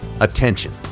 Attention